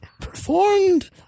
performed